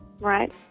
Right